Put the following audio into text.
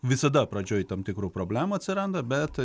visada pradžioj tam tikrų problemų atsiranda bet